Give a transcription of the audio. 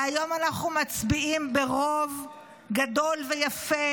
והיום אנחנו מצביעים ברוב גדול ויפה